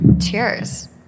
Cheers